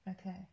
Okay